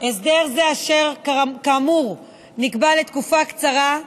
הסדר זה, אשר כאמור נקבע לתקופה קצרה,